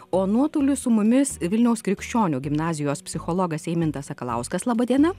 o nuotoliu su mumis vilniaus krikščionių gimnazijos psichologas eimintas sakalauskas laba diena